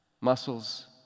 muscles